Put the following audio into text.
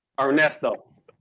Ernesto